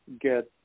get